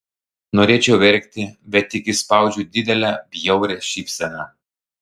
norėčiau verkti bet tik išspaudžiu didelę bjaurią šypseną